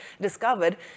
discovered